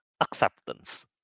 acceptance